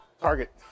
Target